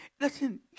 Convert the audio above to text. listen